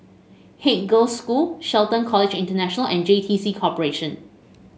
Haig Girls' School Shelton College International and J T C Corporation